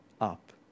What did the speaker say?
up